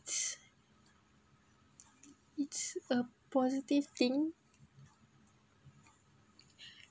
it's a positive thing